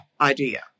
idea